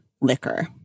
liquor